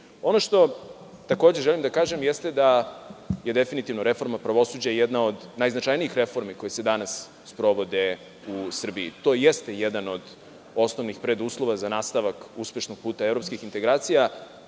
što takođe želim da kažem jeste da je definitivno reforma pravosuđa jedna od najznačajnijih reformi koje se danas sprovode u Srbiji. To jeste jedan od osnovnih preduslova za nastavak uspešnog puta evropskih integracija,